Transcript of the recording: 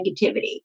negativity